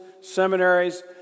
seminaries